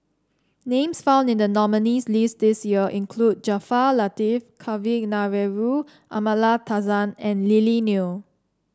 names found in the nominees' list this year include Jaafar Latiff Kavignareru Amallathasan and Lily Neo